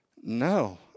no